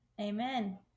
Amen